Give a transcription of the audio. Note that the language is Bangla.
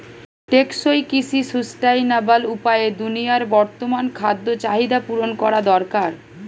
টেকসই কৃষি সুস্টাইনাবল উপায়ে দুনিয়ার বর্তমান খাদ্য চাহিদা পূরণ করা দরকার